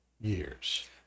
years